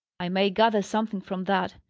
i may gather something from that.